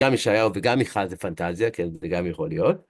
גם ישעיהו וגם איכה זה פנטזיה, כן, זה גם יכול להיות.